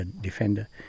defender